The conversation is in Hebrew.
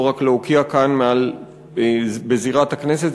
לא רק להוקיע כאן בזירת הכנסת.